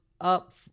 up